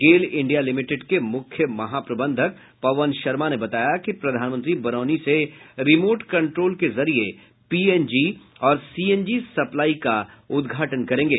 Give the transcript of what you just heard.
गेल India limited के मुख्य महाप्रबंधक पवन शर्मा ने बताया कि प्रधानमंत्री बरौनी से रिमोर्ट कंट्रोल के जरिये पीएनजी और सीएनजी सप्लाई का उद्घाटन करेंगे